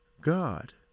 God